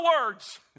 words